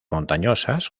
montañosas